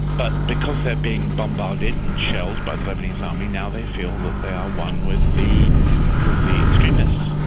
but because they're being bombarded and shelled by the lebanese army, now they feel that they are one with the with the extremists.